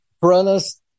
piranhas